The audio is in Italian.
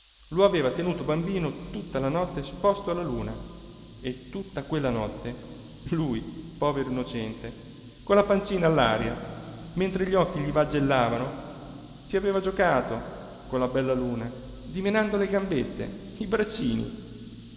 lo aveva tenuto bambino tutta la notte esposto alla luna e tutta quella notte lui povero innocente con la pancina all'aria mentre gli occhi gli vagellavano ci aveva giocato con la bella luna dimenando le gambette i braccini